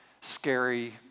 scary